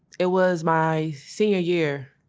it was my senior year.